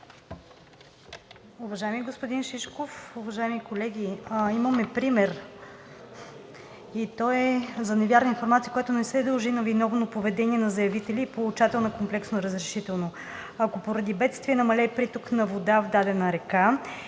Уважаеми господин Шишков, уважаеми колеги! Имаме пример и той е за невярна информация, която не се дължи на виновно поведение на заявителя и получател на комплексно разрешително. Ако поради бедствие намалее приток на вода в дадена река